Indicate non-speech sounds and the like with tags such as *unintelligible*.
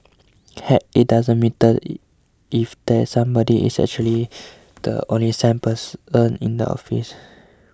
heck it doesn't matter *unintelligible* if that somebody is actually the only sane person in the office